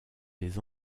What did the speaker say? des